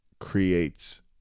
creates